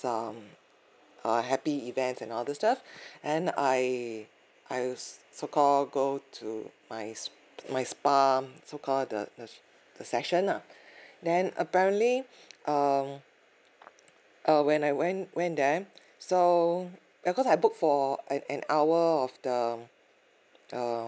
um uh happy event and these stuff then I say I so called go to my my spa so called the the the session lah then apparently um uh when I went went there so because I book for an an hour of the err